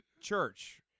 church